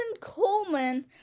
Coleman